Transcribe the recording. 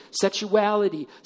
sexuality